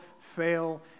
fail